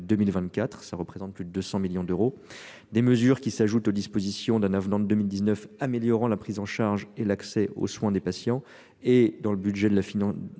2024 ça représente plus de 200 millions d'euros. Des mesures qui s'ajoute aux dispositions d'un avenant de 2019 améliorant la prise en charge et l'accès aux soins des patients et dans le budget de la finance